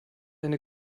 eine